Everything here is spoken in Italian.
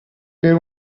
per